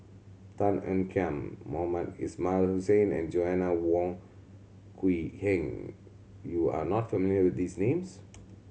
Tan Ean Kiam Mohamed Ismail Hussain and Joanna Wong Quee Heng you are not familiar with these names